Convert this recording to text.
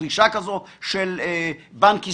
שהייתה דרישה כזאת של בנק ישראל.